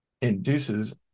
induces